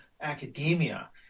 academia